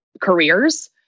careers